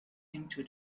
into